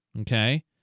okay